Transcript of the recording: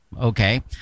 Okay